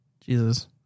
Jesus